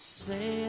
say